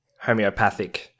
homeopathic